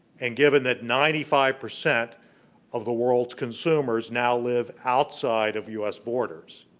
and given that ninety five percent of the world's consumers now live outside of us borders,